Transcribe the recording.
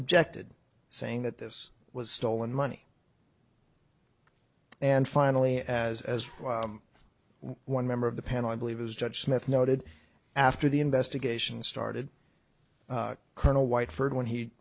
objected saying that this was stolen money and finally as as one member of the panel i believe it was judge smith noted after the investigation started colonel white furred when he